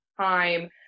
time